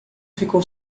ficou